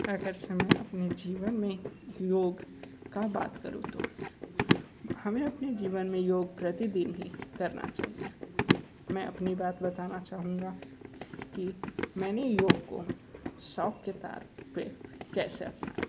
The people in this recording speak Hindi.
अगर समय अपने जीवन में योग का बात करू तो हमें अपने जीवन में योग प्रतिदिन ही करना चाहिए मैं अपनी बात बताना चाहूँगा कि मैंने योग को शौक के तौर पे कैसे अपनाया